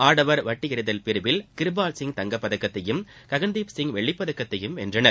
ஆடவர் வட்டு எறிதல் பிரிவில் கிர்பால் சிங் தங்கப்பதக்கத்தையும் ககன்தீப் சிங் வெள்ளிப்பதக்கதையும் வென்றனர்